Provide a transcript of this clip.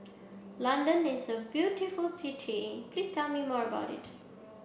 London is a beautiful city Please tell me more about it